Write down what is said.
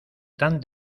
tan